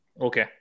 Okay